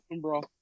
bro